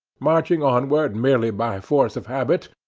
marching onward merely by force of habit,